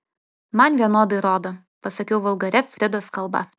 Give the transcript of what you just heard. man vienodai rodo pasakiau vulgaria fridos kalba